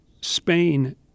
spain